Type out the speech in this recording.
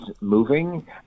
moving